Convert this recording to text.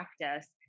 practice